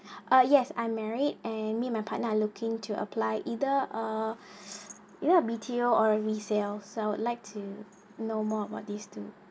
uh yes I'm married and me my partner looking to apply either uh B_T_O or resale so I would like to know more about this two